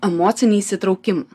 emocinį įsitraukimą